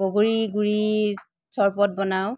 বগৰী গুৰিৰ চৰ্বত বনাওঁ